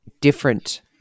Different